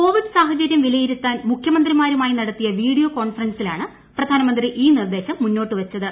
Covid സാഹചര്യം വിലയിരുത്താൻ മുഖ്യമന്ത്രിമാരുമായി നടത്തിയ വീഡിയോ കോൺഫറൻസിലാണ് പ്രധാനമന്ത്രി ഈ നിർദേശം മുന്നോട്ടു വച്ചത്